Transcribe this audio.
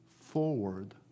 forward